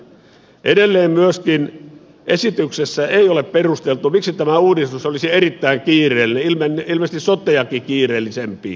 edelleen myöskään esityksessä ei ole perusteltu miksi tämä uudistus olisi erittäin kiireellinen ilmeisesti sote uudistustakin kiireellisempi